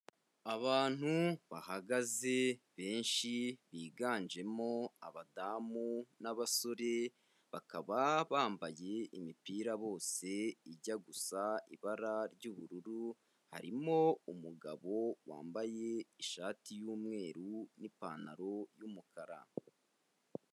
Abantu bahagaze benshi biganjemo abadamu n'abasore bakaba bambaye imipira bose ijya gusa ibara ry'ubururu harimo umugabo wambaye ishati y'umweru n'ipantaro y'umukara.